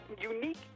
unique